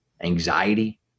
anxiety